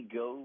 go